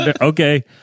Okay